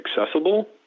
accessible